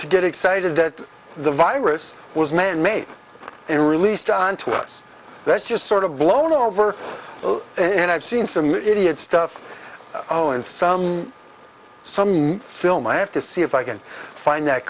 to get excited that the virus was manmade released onto us that's just sort of blown over and i've seen some idiot stuff oh and some some film i have to see if i can find that